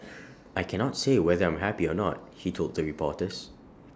I cannot say whether I'm happy or not he told reporters